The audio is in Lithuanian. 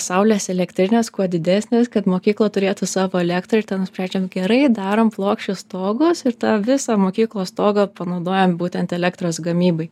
saulės elektrinės kuo didesnės kad mokykla turėtų savo elektrą ir tada nusprendžiam gerai darom plokščius stogus ir tada visą mokyklos stogą panaudojam būtent elektros gamybai